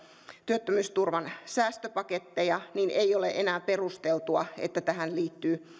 työttömyysturvan säästöpaketteja niin ei ole enää perusteltua että tähän liittyy